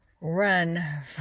Run